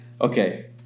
okay